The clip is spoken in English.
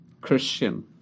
Christian